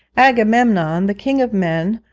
agamemnon, the king of men,